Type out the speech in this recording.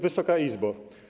Wysoka Izbo!